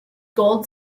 gold